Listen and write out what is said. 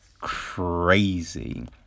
Crazy